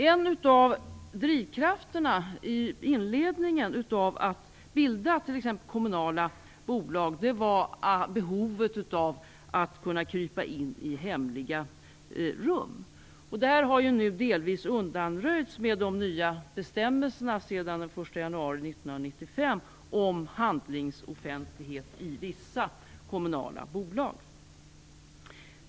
En av drivkrafterna i inledningen när det gällde bildandet av kommunala bolag var behovet av att kunna krypa in i hemliga rum. Detta har nu delvis undanröjts i och med de nya bestämmelserna från den 1 januari 1995 om handlingsoffentlighet i vissa kommunala bolag.